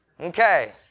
Okay